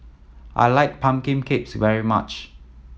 I like pumpkin cakes very much